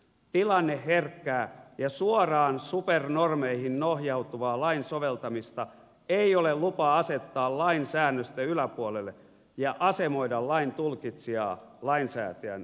tilanneherkkää ja suoraan supernormeihin nojautuvaa lainsoveltamista ei ole lupa asettaa lainsäännösten yläpuolelle ja asemoida laintulkitsijaa lainsäätäjän edellä